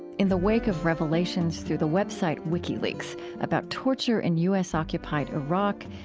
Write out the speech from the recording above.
in the wake of revelations through the website wikileaks about torture in u s occupied iraq,